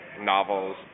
novels